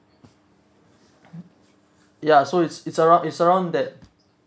ya so is is around is around that